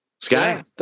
Sky